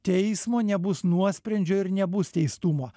teismo nebus nuosprendžio ir nebus teistumo